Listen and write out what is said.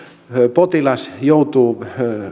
potilas joutuu